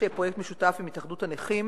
יש פרויקט משותף שאנחנו עושים עם התאחדות הנכים.